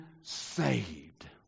saved